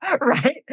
Right